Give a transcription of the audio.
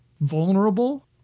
vulnerable